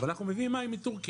אבל אנחנו מביאים מים מתורכיה.